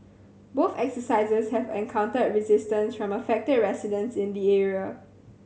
both exercises have encountered resistance from affected residents in the area